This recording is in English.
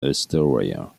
astoria